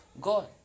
God